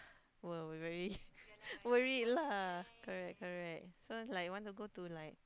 were we very worried lah correct correct so it's like want to go to like